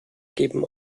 geben